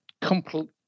complete